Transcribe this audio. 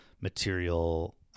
material